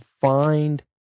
find